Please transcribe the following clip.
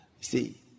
See